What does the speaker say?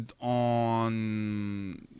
on